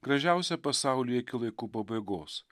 gražiausią pasaulyje iki laikų pabaigos